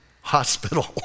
hospital